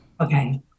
Okay